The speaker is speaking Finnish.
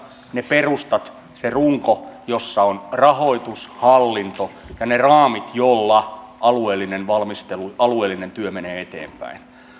ne perustat se runko jossa on rahoitus hallinto ja ne raamit joilla alueellinen valmistelu alueellinen työ menee eteenpäin